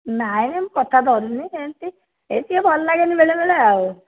ନାହିଁ ନାହିଁ ମୁଁ କଥା ଧରୁନି ଏମିତି ଏଇ ଟିକେ ଭଲ ଲାଗେନି ବେଳେ ବେଳେ ଆଉ